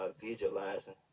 visualizing